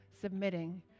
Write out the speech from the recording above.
submitting